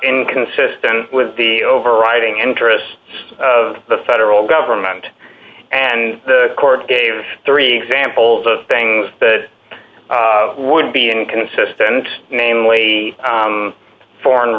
inconsistent with the overriding interest of the federal government and the court gave three examples of things that would be inconsistent namely foreign